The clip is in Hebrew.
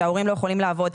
שההורים לא יכולים לעבוד.